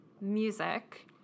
music